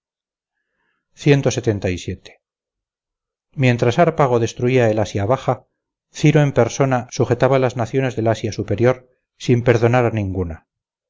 licios mientras hárpago destruía el asia baja ciro en persona sujetaba las naciones del asia superior sin perdonar a ninguna